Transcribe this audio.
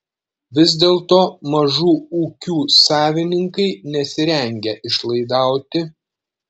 vis dėlto mažų ūkių savininkai nesirengia išlaidauti